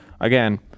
again